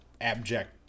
abject